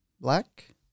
Black